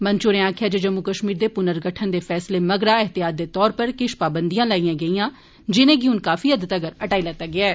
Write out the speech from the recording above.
मंत्री होरें आक्खेया जे जम्मू कश्मीर दे पुनर्गठन दे फैसले मगरा एहतियात दे तौर उप्पर किश पाबंदियां लाइयां गेइयां जिनेंगी हंन काफी हद तगर हटाई लैता गेदा ऐ